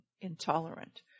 intolerant